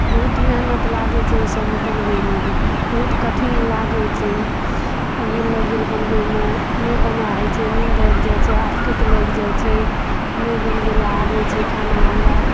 बहुत मेहनत लागै छै ओहिसभमऽ बनबयमऽ बहुत कठिन लागैत छै ओङ्गहि लागि गेल बनबयमऽ नहि बनाए होय छै नीन्द आबि जाय छै आसकति लागि जाय छै नहि बनबै लऽ आबैत छै खाना हमरा